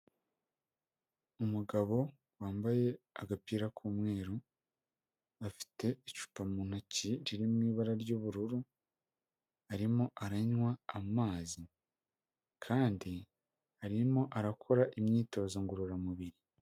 Umugabo wambaye agapira k'umweru, afite icupa mu ntoki, riri mu ibara ry'ubururu, arimo aranywa amazi. Kandi arimo arakora imyitozo ngororamubiri.